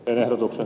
ehdotuksen